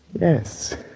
yes